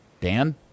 Dan